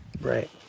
Right